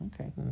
Okay